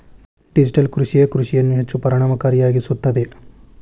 digital ಕೃಷಿಯೇ ಕೃಷಿಯನ್ನು ಹೆಚ್ಚು ಪರಿಣಾಮಕಾರಿಯಾಗಿಸುತ್ತದೆ